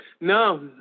No